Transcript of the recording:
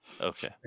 Okay